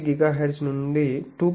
3GHz నుండి 2